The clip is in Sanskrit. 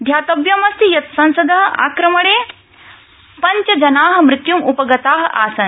ध्यातव्यमस्ति यत् संसदः आक्रमणे पञ्च जनाः मृत्य् उपगताः आसन्